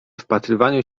wpatrywaniu